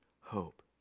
hope